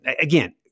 again